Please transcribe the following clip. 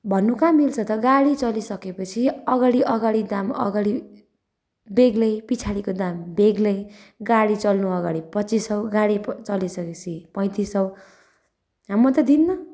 भन्नु कहाँ मिल्छ त गाडी चलिसकेपछि अगाडि अगाडि दाम अगाडि बेग्लै पछाडिको दाम बेग्लै गाडी चल्नुअगाडि पच्चिस सौ गाडी चलिसकेपछि पैँतिस सौ म त दिन्नँ